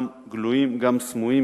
גם גלויים וגם סמויים,